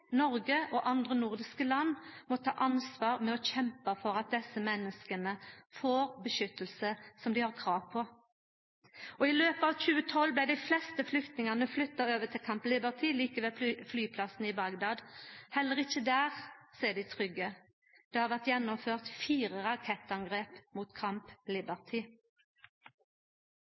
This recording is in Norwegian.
Noreg, og andre nordiske land må ta ansvar for å kjempa for at desse menneska får den beskyttelsen som dei har krav på. I løpet av 2012 blei dei fleste flyktningane flytta over til Camp Liberty, like ved flyplassen i Bagdad. Heller ikkje der er dei trygge. Det har vore gjennomført fire rakettangrep mot